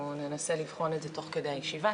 אין לזה שום משמעות כי נראה את הנתונים הכמותיים,